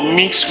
mix